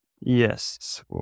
Yes